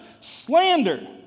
Slander